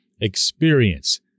experience